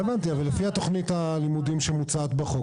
לפי התוכנית הלימודים שמוצעת בחוק,